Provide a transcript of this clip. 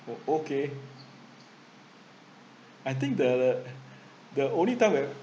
orh okay I think the the only time when